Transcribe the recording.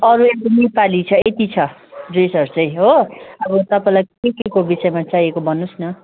अरू यहाँको नेपाली छ यति छ ड्रेसहरू चाहिँ हो अब तपाईँलाई के के को विषयमा चाहिएको भन्नुहोस् न